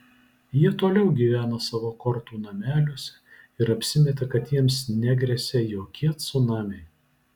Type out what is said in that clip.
jie toliau gyvena savo kortų nameliuose ir apsimeta kad jiems negresia jokie cunamiai